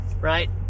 right